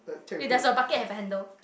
eh does your bucket have a handle